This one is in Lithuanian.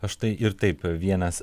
štai ir taip vienas